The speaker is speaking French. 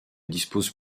dispose